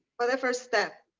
for the first step.